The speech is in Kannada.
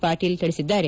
ಪಾಟೀಲ್ ತಿಳಿಸಿದ್ದಾರೆ